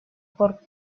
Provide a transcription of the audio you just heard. por